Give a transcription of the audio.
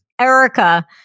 Erica